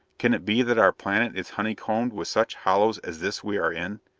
can it be that our planet is honeycombed with such hollows as this we are in?